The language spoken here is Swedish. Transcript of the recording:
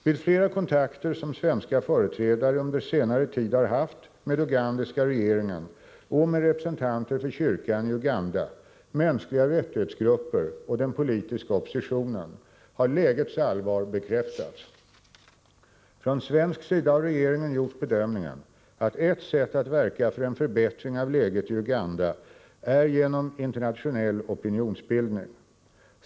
Vid flera kontakter som svenska företrädare under senare tid har haft med ugandiska regeringen och med representanter för kyrkan i Uganda, mänskliga rättighetsgrupper och den politiska oppositionen har lägets allvar bekräftats. Från svensk sida har regeringen gjort bedömningen att ett sätt att verka för en förbättring av läget i Uganda är genom internationell opinionsbildning.